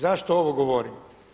Zašto ovo govorim?